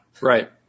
Right